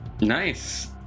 Nice